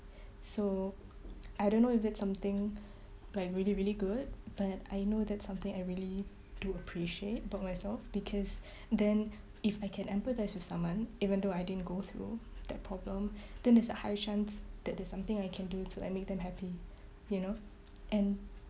so I don't know if that's something like really really good but I know that something I really do appreciate about myself because then if I can empathise with someone even though I didn't go through that problem then there's a high chance that there's something I can do to like make them happy you know and